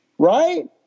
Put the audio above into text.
right